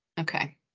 Okay